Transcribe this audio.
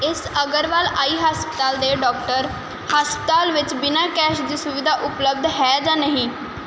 ਇਸ ਅਗਰਵਾਲ ਆਈ ਹਸਪਤਾਲ ਦੇ ਡਾਕਟਰ ਹਸਪਤਾਲ ਵਿੱਚ ਬਿਨਾਂ ਕੈਸ਼ ਦੀ ਸੁਵਿਧਾ ਉਪਲੱਬਧ ਹੈ ਜਾਂ ਨਹੀਂ